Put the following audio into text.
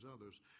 others